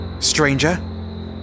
Stranger